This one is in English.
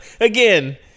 again